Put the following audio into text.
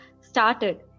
started